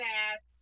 ass